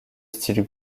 style